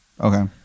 Okay